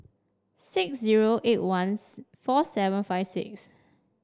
six zero eight one four seven five six